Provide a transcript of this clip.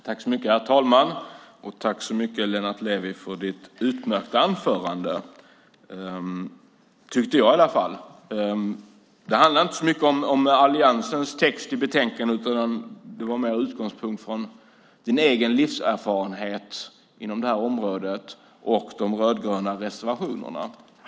Herr talman! Tack så mycket, Lennart Levi, för ditt utmärkta anförande! Det handlade inte så mycket om Alliansens text i betänkandet, utan det var med utgångspunkt i din egen livserfarenhet på det här området och de rödgröna reservationerna.